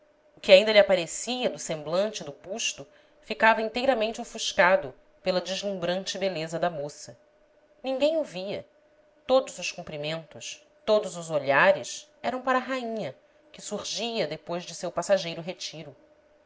que ainda lhe aparecia do semblante e do busto ficava inteiramente ofuscado pela deslumbrante beleza da moça ninguém o via todos os cumprimentos todos os olhares eram para a rainha que surgia depois de seu passageiro retiro